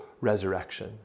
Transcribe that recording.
resurrection